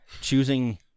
choosing